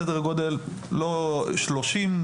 סדר גודל לא 30%,